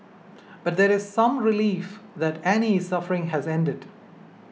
but there is some relief that Annie's suffering has ended